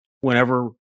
whenever